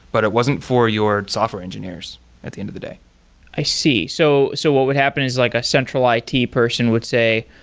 but it wasn't for your software engineers at the end of the day i see. so so what would happen is like a central it person would say,